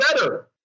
better